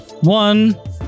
one